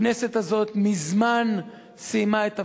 הכנסת הזאת מזמן סיימה את תפקידה,